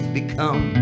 become